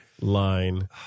line